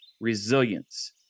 resilience